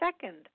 second